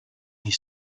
his